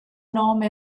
nome